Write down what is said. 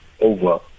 over